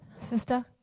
Sister